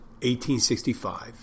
1865